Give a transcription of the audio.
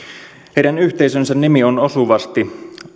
heidän yhteisönsä nimi on osuvasti